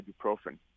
ibuprofen